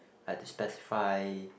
I have to specify